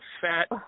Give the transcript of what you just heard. fat